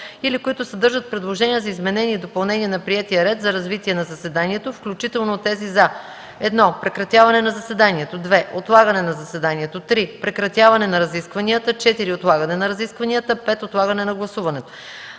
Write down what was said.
или които съдържат предложения за изменение и допълнение на приетия ред за развитие на заседанието, включително тези за: 1. прекратяване на заседанието; 2. отлагане на заседанието; 3. прекратяване на разискванията; 4. отлагане на разискванията; 5. отлагане на гласуването.